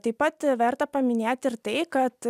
taip pat verta paminėt ir tai kad